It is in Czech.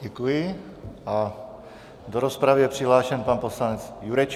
Děkuji a do rozpravy je přihlášen pan poslanec Jurečka.